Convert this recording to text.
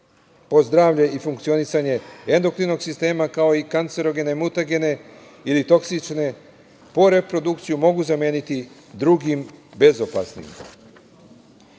po zdravlje i funkcionisanje endokrinog sistema, kao i kancerogene, mutagene ili toksične po reprodukciju, mogu zameniti drugim bezopasnim. Zakon